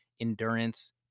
Endurance